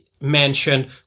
mentioned